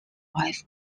wife